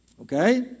Okay